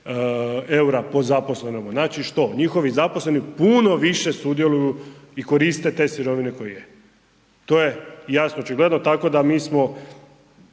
EUR-a po zaposlenome. Znači što? Njihovi zaposleni puno više sudjeluju i koriste te sirovine koje je. To je jasno, očigledno. Tako da mi smo